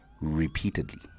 repeatedly